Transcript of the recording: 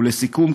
ולסיכום,